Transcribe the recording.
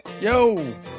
Yo